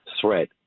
threat